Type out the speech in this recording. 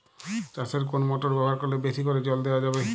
চাষে কোন মোটর ব্যবহার করলে বেশী করে জল দেওয়া যাবে?